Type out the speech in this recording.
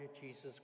Jesus